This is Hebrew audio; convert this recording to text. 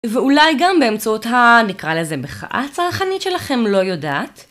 ואולי גם באמצעות ה... נקרא לזה מחאה צרכנית שלכם? לא יודעת...